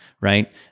right